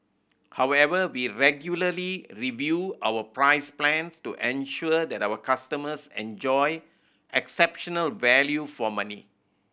however we regularly review our price plans to ensure that our customers enjoy exceptional value for money